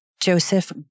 Joseph